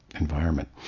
environment